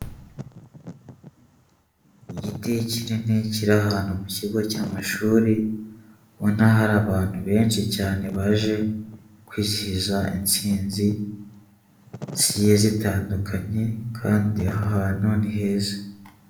Igiti kinini kiri ahantu mu kigo cy'amashuri, ubona hari abantu benshi cyane, baje kwizihiza intsinzi zigiye zitandukanye, kandi aha hantu ni heza.